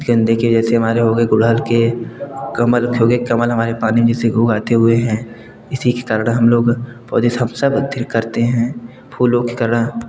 गेंदे के जैसे हमारे हो गए गुड़हल के कमल कमल हमारे पानी में से उगाते हुए हैं इसी के कारण हम लोग पौधे सब सब करते हैं फूलों के कारण